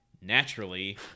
Naturally